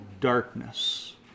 darkness